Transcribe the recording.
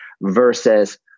versus